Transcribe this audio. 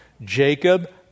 Jacob